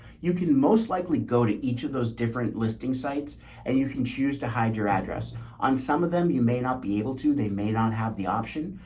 you can most likely go to each of those different listing sites and you can choose to hide your address on some of them. you may not be able to, they may not have the option.